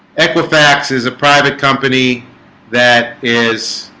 equifax is a private company that is